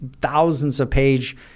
thousands-of-page